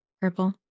Purple